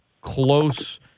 close –